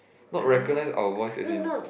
not recognise our voice as in